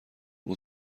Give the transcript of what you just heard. اون